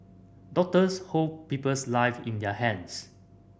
doctors hold people's live in their hands